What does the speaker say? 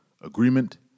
agreement